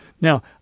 Now